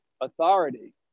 authority